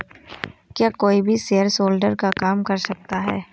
क्या कोई भी शेयरहोल्डर का काम कर सकता है?